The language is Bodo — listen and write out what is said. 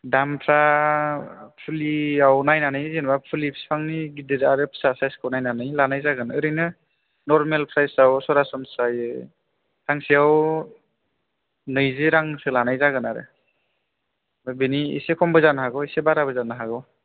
दामफ्रा फुलियाव नायनानै जेनेबा फुलि बिफांनि गिदिर आरो फिसा साइजखौ नायनानै लानाय जागोन ओरैनो नरमेल प्रायसआव सरासनस्रायै फांसेयाव नैजि रांसो लानाय जागोन आरो बेनि एसे खमबो जानो हागौ एसे बाराबो जानो हागौ